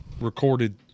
recorded